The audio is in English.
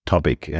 topic